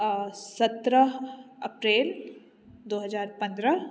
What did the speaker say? अऽ सत्रह अप्रेल दो हजार पन्द्रह